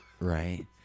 Right